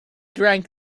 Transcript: drank